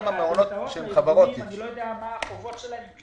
מעונות שהם חברות --- אני לא יודע מה החובות שלהם.